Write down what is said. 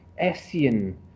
Essien